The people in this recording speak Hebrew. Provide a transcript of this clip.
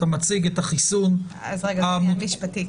זה עניין משפטי.